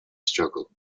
struggle